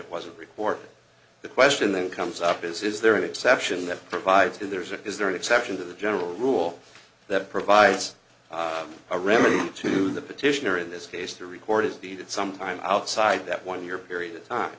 it was a report the question then comes up is is there an exception that provides to theirs or is there an exception to the general rule that provides a remedy to the petitioner in this case the record is needed some time outside that one year period of time